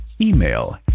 Email